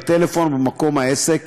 בטלפון או במקום העסק,